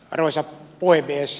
arvoisa puhemies